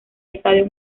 estadio